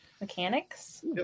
Mechanics